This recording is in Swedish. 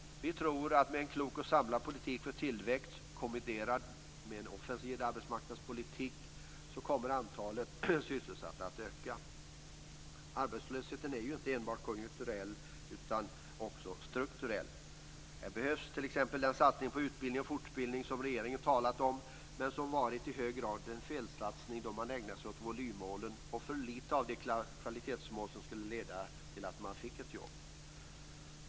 Vi tror att med en klok och samlad politik för tillväxt, kombinerad med en offensiv arbetsmarknadspolitik så kommer antalet sysselsatta att öka. Arbetslösheten är ju inte enbart konjunkturell utan också strukturell. Här behövs t.ex. den satsning på utbildning och fortbildning som regeringen talat om, men som i hög grad varit en felsatsning då man ägnat sig åt volymmålen och för litet åt det kvalitetsmål som skulle kunna leda till nya jobb.